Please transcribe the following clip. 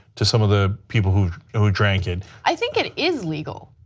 to some of the people who who drank it. i think it is legal,